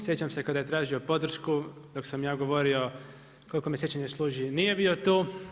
Sjećam se kada je tražio podršku dok sam ja govorio koliko me sjećanje služi nije bio tu.